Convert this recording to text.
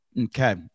okay